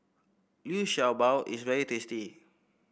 Liu Sha Bao is very tasty